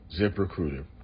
ZipRecruiter